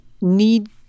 need